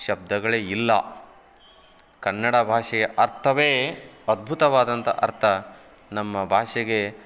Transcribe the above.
ಶಬ್ದಗಳೇ ಇಲ್ಲ ಕನ್ನಡ ಭಾಷೆಯ ಅರ್ಥವೇ ಅದ್ಭುತವಾದಂಥ ಅರ್ಥ ನಮ್ಮ ಭಾಷೆಗೆ